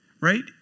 Right